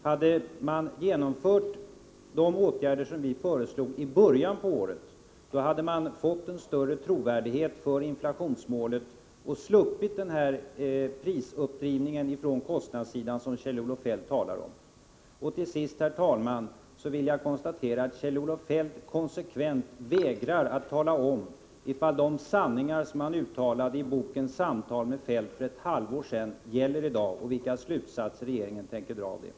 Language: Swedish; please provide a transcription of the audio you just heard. Hade man genomfört de åtgärder som vi föreslog i början av året hade man fått en större trovärdighet för inflationsmålet och sluppit den här prisuppdrivningen från kostnadssidan, som Kjell-Olof Feldt talar om. Till sist, herr talman, konstaterar jag att Kjell-Olof Feldt konsekvent vägrar att tala om ifall de sanningar som han uttalat i boken Samtal med Feldt för ett halvår sedan gäller i dag och vilka slutsatser regeringen tänker dra av dessa.